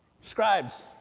scribes